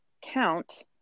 count